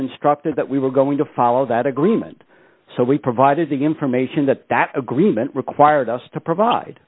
instructed that we were going to follow that agreement so we provided the information that that agreement required us to